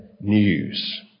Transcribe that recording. news